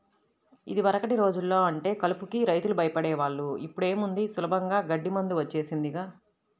యిదివరకటి రోజుల్లో అంటే కలుపుకి రైతులు భయపడే వాళ్ళు, ఇప్పుడేముంది సులభంగా గడ్డి మందు వచ్చేసిందిగా